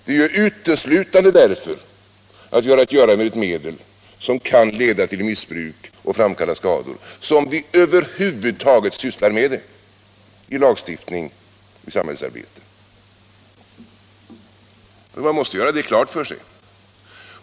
Det är ju uteslutande därför att vi har att göra med ett medel som kan leda till missbruk och framkalla skador som vi över huvud taget sysslar med det i lagstiftning och i samhällsarbete. Man måste göra det klart för sig.